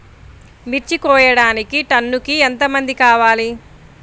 మిర్చి కోయడానికి టన్నుకి ఎంత మంది కావాలి?